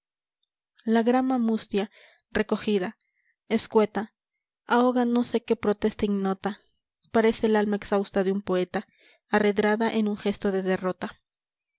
la grama mustia recogida escueta ahoga no sé qué protesta ignota parece el alma exahusta de un poeta arredrada en un gesto de derrota